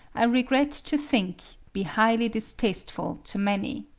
i regret to think, be highly distasteful to many.